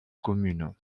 commune